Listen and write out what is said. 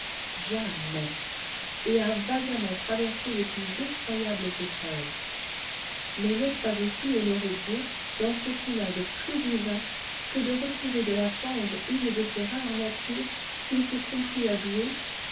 jamais et a vaillamment traversé les plus effroyables épreuves mais n'est-ce pas aussi honorer dieu dans ce qu'il a de plus divin que de retirer de la fange une de ces rares natures qu'il s'est complu à douer